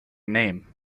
name